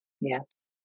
Yes